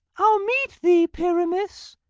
i'll meet thee, pyramus,